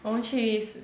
我们去 s~